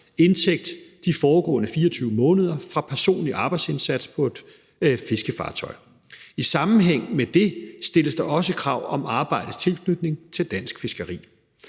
indtægten de forudgående 24 måneder er fra personlig arbejdsindsats på et fiskefartøj. I sammenhæng med det stilles der også krav om arbejdets tilknytning til dansk fiskeri.